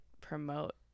promote